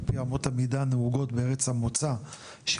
על פי אמות המידה הנהוגות בארץ המוצא של